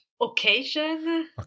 Occasion